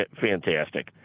fantastic